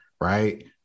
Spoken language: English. Right